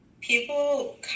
people